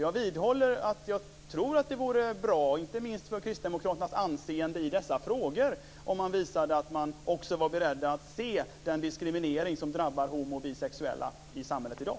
Jag vidhåller att jag tror att det vore bra, inte minst för kristdemokraternas anseende i dessa frågor, om man visade att man också var beredd att se den diskriminering som drabbar homo och bisexuella i samhället i dag.